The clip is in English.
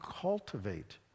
cultivate